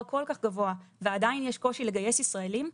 כל כך גבוה ועדיין יש קושי לגייס ישראלים,